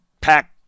pack